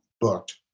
booked